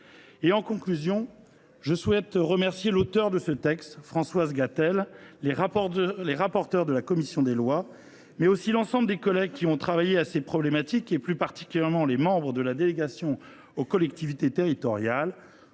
de conclusion, je souhaite remercier l’auteur de ce texte, Mme Françoise Gatel, les rapporteurs de la commission des lois, ainsi que l’ensemble des collègues ayant travaillé à ces problématiques, plus particulièrement les membres de la délégation aux collectivités territoriales